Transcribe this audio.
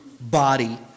body